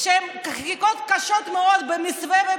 שהן חקיקות קשות מאוד במסווה,